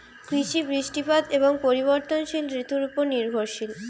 কৃষি বৃষ্টিপাত এবং পরিবর্তনশীল ঋতুর উপর নির্ভরশীল